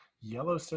Yellow